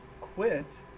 quit